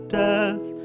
death